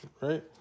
right